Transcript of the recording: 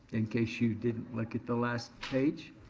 in case you didn't look at the last page.